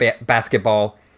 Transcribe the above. basketball